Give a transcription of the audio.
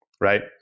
right